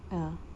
ya